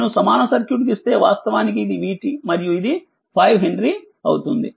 నేనుసమానసర్క్యూట్ గీస్తేవాస్తవానికిఇది vt మరియు ఇది 5హెన్రీ అవుతుంది